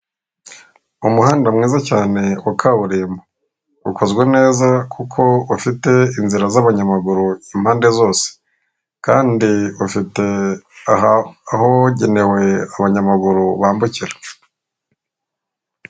Umuhanda mwiza cyane wa kaburimbo ukozwe neza kuko bafite inzira z'abanyamaguru impande zose kandi bafite ahagenewe abanyamaguru bambukira.